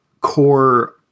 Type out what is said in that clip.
core